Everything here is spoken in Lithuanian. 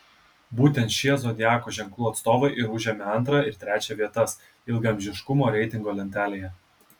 būtent šie zodiako ženklų atstovai ir užėmė antrą ir trečią vietas ilgaamžiškumo reitingo lentelėje